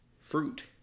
fruit